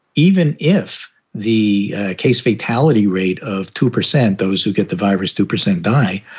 even if the case fatality rate of two percent, those who get the virus, two percent die,